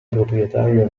proprietario